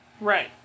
Right